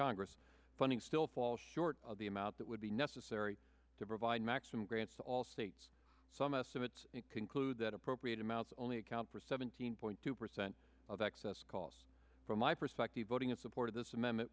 congress funding still fall short of the amount that would be necessary to provide maximum grants all states some estimates conclude that appropriate amounts only account for seventeen point two percent of excess cost from my perspective voting in support of this amendment